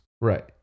Right